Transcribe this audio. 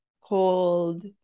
cold